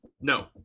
No